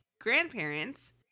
grandparents